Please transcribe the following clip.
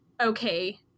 okay